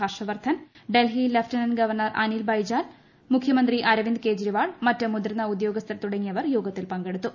Harshvardhan Delhi lieutenant governor Anil Baijal മുഖ്യമന്ത്രി അരവിന്ദ്കെജ്രിവാൾ മറ്റ് മുതിർന്ന ഉദ്യോഗസ്ഥർ തുടങ്ങിയവർ യോഗത്തിൽ പങ്കെടുത്തു